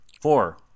Four